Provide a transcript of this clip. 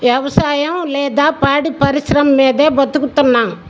వ్యవసాయం లేదా పాడి పరిశ్రమం మీదే బతుకుతున్నాం